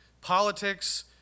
politics